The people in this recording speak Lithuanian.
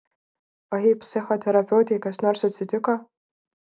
o jei psichoterapeutei kas nors atsitiko